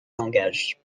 langage